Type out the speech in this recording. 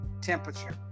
temperature